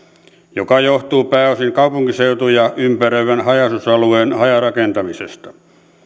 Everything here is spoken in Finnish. joka johtuu pääosin kaupunkiseutuja ympäröivän haja asutusalueen hajarakentamisesta